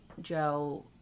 Joe